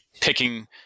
picking